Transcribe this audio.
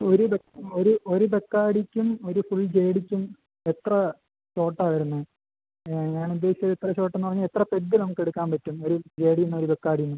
ഒരു ബ ഒരുഒരു ബെക്കാഡിക്കും ഒരു ഫുൾ ജേ ഡിക്കും എത്ര ഷോട്ടാ വരുന്നത് ഞാനുദ്ദേശിച്ചതെത്ര ഷോട്ടെന്ന് പറഞ്ഞാൽ എത്ര പെഗ്ഗ് നമുക്കെടുക്കാൻ പറ്റും ഒരു ജേ ഡീന്നും ഒരു ബെക്കാഡീന്നും